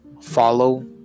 follow